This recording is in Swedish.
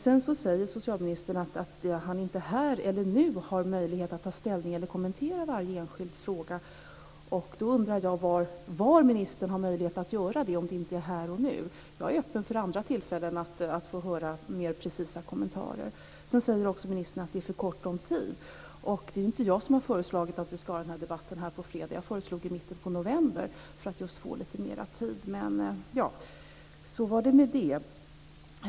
Sedan säger socialministern att han inte nu och här har möjlighet att ta ställning till eller kommentera varje enskild fråga. Då undrar jag när och var ministern har möjlighet att göra det om inte här och nu. Jag är öppen för att få höra mer precisa kommentarer vid andra tillfällen. Ministern sade också att det var för ont om tid. Det är inte jag som har föreslagit att vi skulle ha den här debatten i dag, fredag. Jag föreslog i mitten av november för att få lite mera tid. Men så var det med det.